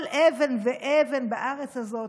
כל אבן ואבן בארץ הזאת,